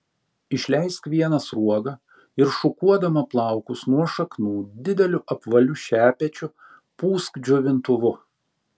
išleisk vieną sruogą ir šukuodama plaukus nuo šaknų dideliu apvaliu šepečiu pūsk džiovintuvu